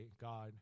God